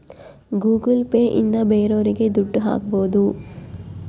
Google Pay ಇಂದ ಬೇರೋರಿಗೆ ದುಡ್ಡು ಹಾಕ್ಬೋದು